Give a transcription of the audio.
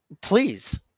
please